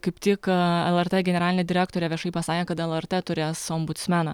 kaip tik el er tė generalinė direktorė viešai pasakė kad el er tė turės ombucmeną